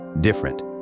Different